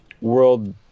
world